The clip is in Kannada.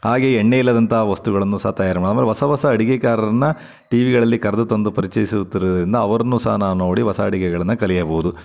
ಹಾಗೇ ಎಣ್ಣೆ ಇಲ್ಲದಂಥ ವಸ್ತುಗಳನ್ನು ಸಹ ತಯಾರಿ ಮಾ ಆಮೇಲ್ ಹೊಸ ಹೊಸ ಅಡಿಗೆಕಾರರನ್ನ ಟಿ ವಿಗಳಲ್ಲಿ ಕರೆದು ತಂದು ಪರಿಚಯಿಸುತ್ತಿರುವುದರಿಂದ ಅವರನ್ನು ಸಹ ನಾ ನೋಡಿ ಹೊಸ ಅಡಿಗೆಗಳನ್ನು ಕಲಿಯಬಹುದು